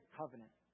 covenant